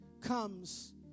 comes